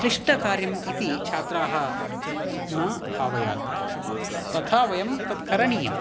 क्लिष्टकार्यं इति छात्राः न भावयात् तथा वयं तत् करणीयम्